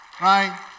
Right